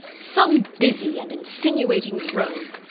some busy and insinuating rogue,